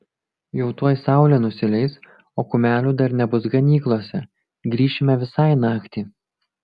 jau tuoj saulė nusileis o kumelių dar nebus ganyklose grįšime visai naktį